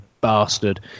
bastard